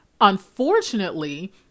Unfortunately